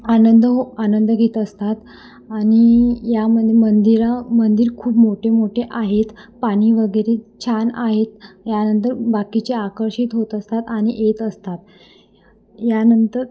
आनंद हो आनंद घेत असतात आणि यामध्ये मंदिर मंदिर खूप मोठे मोठे आहेत पाणी वगैरे छान आहेत यानंतर बाकीचे आकर्षित होत असतात आणि येत असतात यानंतर